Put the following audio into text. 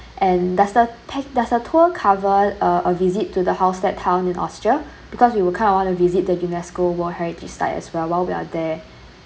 and does the t~ does the tour cover uh a visit to the house that town in austria because we will kind of want to visit the unesco world heritage site as well while we are there